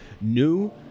new